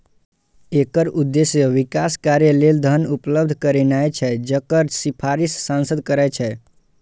एकर उद्देश्य विकास कार्य लेल धन उपलब्ध करेनाय छै, जकर सिफारिश सांसद करै छै